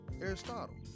Aristotle